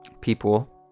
people